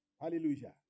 Hallelujah